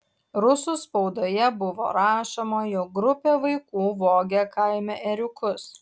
rusų spaudoje buvo rašoma jog grupė vaikų vogė kaime ėriukus